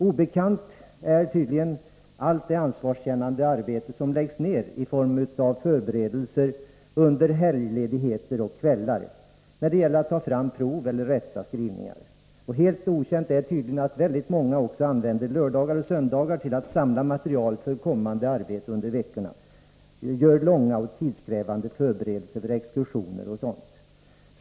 Obekant är tydligen allt det arbete som våra ansvarskännande lärare lägger ner under helgledigheter och kvällar när det gäller förberedelser, att ta fram prov och rätta skrivningar. Helt okänt är tydligen att väldigt många också använder lördagar och söndagar till att samla material till kommande arbete under veckan, göra långa och tidskrävande förberedelser för exkursioner och liknande.